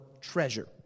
treasure